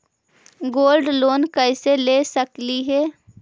Gold loan कैसे ले सकली हे?